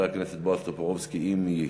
ואחריו, חבר הכנסת בועז טופורובסקי, אם יהיה,